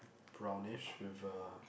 brownish with a